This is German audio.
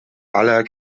aller